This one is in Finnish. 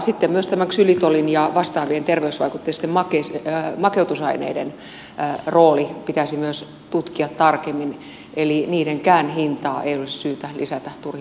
sitten myös ksylitolin ja vastaavien terveysvaikutteisten makeutusaineiden rooli pitäisi myös tutkia tarkemmin eli niidenkään hintaa ei olisi syytä lisätä turhilla veroilla